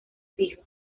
fijo